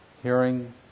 Hearing